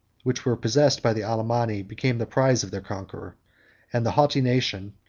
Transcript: which were possessed by the alemanni, became the prize of their conqueror and the haughty nation,